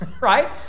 right